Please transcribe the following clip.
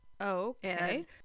Okay